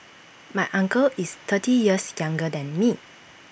my uncle is thirty years younger than me